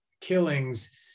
killings